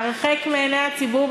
הרחק מעיני הציבור,